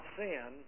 sin